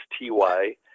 T-Y